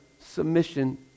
submission